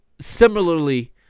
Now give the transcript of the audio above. similarly